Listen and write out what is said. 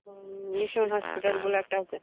ও mission hospital বলে একটা আছে